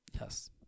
Yes